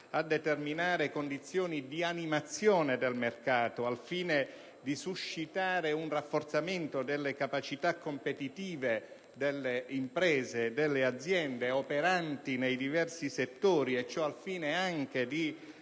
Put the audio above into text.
a determinare condizioni di animazione del mercato al fine di suscitare un rafforzamento delle capacità competitive delle imprese e delle aziende operanti nei diversi settori e ciò al fine anche di